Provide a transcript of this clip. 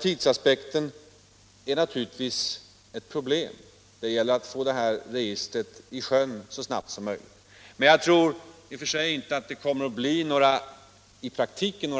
Tidsaspekten är naturligtvis ett problem — det gäller att få det här registret i sjön så snabbt som möjligt. Men jag tror i och för sig inte att det i praktiken kommer att bli